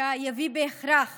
תעסוקה יביא בהכרח